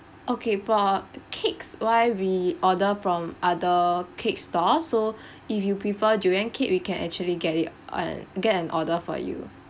okay for uh cakes wise we order from other cake store so if you prefer durian cake we can actually get it an get an order for you